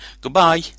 Goodbye